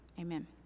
Amen